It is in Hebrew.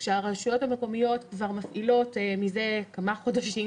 כשהרשויות המקומיות כבר מפעילות זה כמה חודשים,